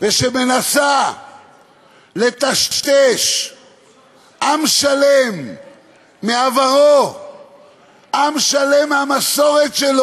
ומנסה לטשטש עם שלם מעברו, עם שלם מהמסורת שלו,